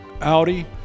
Audi